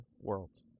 worlds